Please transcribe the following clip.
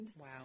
Wow